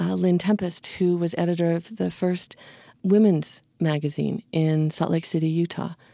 ah lynne tempest, who was editor of the first women's magazine in salt lake city, utah.